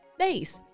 base